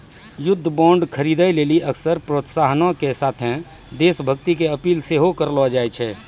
युद्ध बांड खरीदे लेली अक्सर प्रोत्साहनो के साथे देश भक्ति के अपील सेहो करलो जाय छै